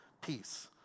peace